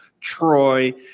Troy